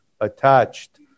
attached